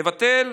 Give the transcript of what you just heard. מבטל,